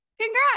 Congrats